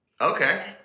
Okay